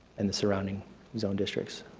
and the surrounding zoned districts.